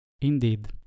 Indeed